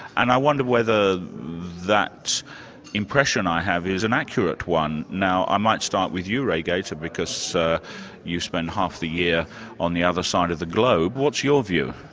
and i wonder whether that impression i have is an accurate one. now i might start with you, rai gaita, because you spend half the year on the other side of the globe. what's your view?